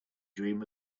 dream